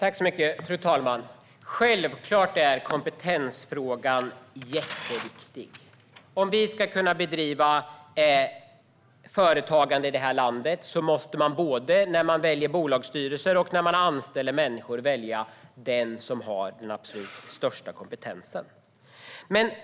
Fru talman! Självklart är kompetensfrågan jätteviktig. Om vi ska kunna bedriva företagande i det här landet måste man både när man väljer bolagsstyrelser och när man anställer människor välja den som har den absolut högsta kompetensen.